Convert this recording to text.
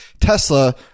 Tesla